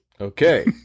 Okay